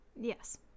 Yes